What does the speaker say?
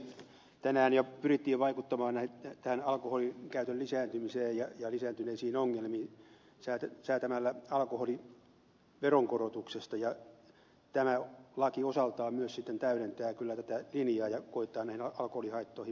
tänään jo pyrittiin vaikuttamaan tähän alkoho lin käytön lisääntymiseen ja lisääntyneisiin ongelmiin säätämällä alkoholiveron korotuksesta ja tämä laki osaltaan myös täydentää kyllä tätä linjaa ja koettaa näihin alkoholihaittoihin puuttua